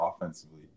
offensively